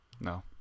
No